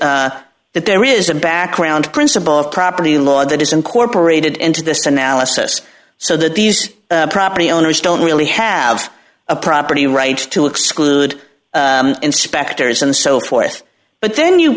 is that there is a background principle of property law that is incorporated into this analysis so that these property owners don't really have a property right to exclude inspectors and so forth but then you